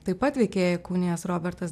taip pat veikėją įkūnijęs robertas